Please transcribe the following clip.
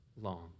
long